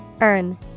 Earn